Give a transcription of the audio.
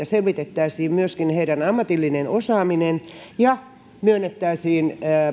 selvitettäisiin myöskin heidän ammatillinen osaamisensa ja myönnettäisiin